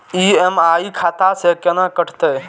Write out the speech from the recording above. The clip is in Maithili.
ई.एम.आई खाता से केना कटते?